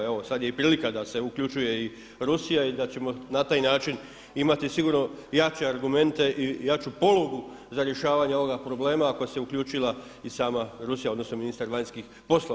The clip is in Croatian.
Evo sada je i prilika da se uključuje i Rusija i da ćemo na taj način imati sigurno jače argumenta i jaču polugu za rješavanje ovoga problema ako se uključila i sama Rusija odnosno ministar vanjskih poslova.